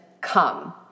come